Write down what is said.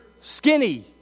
skinny